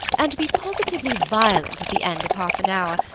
and to be positively violent at the end of half an hour,